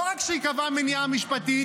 לא רק שהיא קבעה מניעה משפטית,